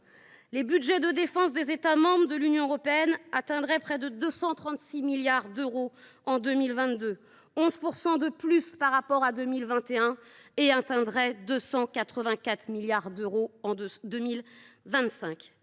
Les budgets de défense des États membres de l’Union européenne atteindraient près de 236 milliards d’euros en 2022, soit 11 % de plus qu’en 2021, et 284 milliards d’euros en 2025.